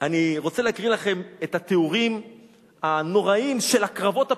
אני רוצה להקריא לכם את התיאורים הנוראים של הקרבות הפנימיים.